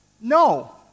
No